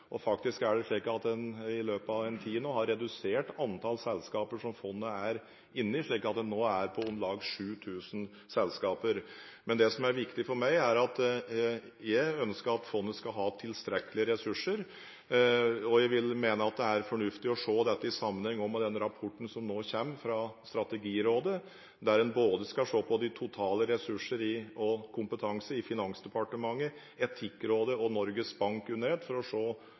avgjørende. Faktisk er det slik at en i løpet av en tid nå har redusert antall selskaper som fondet er inne i, slik at det nå er på om lag 7 000 selskaper. Det som er viktig for meg, er at fondet skal ha tilstrekkelige ressurser. Jeg mener at det er fornuftig å se dette i sammenheng med den rapporten som nå kommer fra Strategirådet, der en både skal se på totale ressurser og kompetanse i Finansdepartementet, Etikkrådet og Norges Bank under ett, for å